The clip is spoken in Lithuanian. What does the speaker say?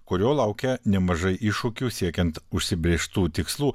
kurio laukia nemažai iššūkių siekiant užsibrėžtų tikslų